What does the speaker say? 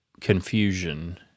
confusion